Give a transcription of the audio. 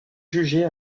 jugée